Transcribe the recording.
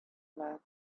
mad